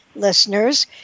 listeners